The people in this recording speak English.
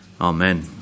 amen